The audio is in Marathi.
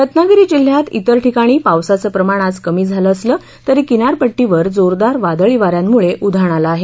रत्नागिरी जिल्ह्यात विर ठिकाणी पावसाचं प्रमाण आज कमी झालं असलं तरी किनारपट्टीवर जोरदार वादळी वाऱ्यांमुळे उधाण आलं आहे